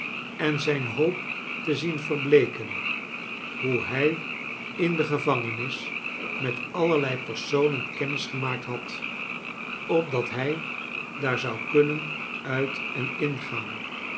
en zijn hoop te zien verbleeken hoe hij in de gevangenis met allerlei personen kennis gemaakt had opdat hij daar zou kunnen uit en ingaan